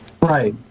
Right